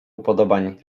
upodobań